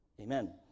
Amen